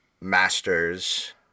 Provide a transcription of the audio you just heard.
Masters